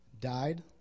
died